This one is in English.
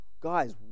Guys